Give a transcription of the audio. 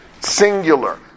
singular